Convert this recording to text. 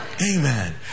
Amen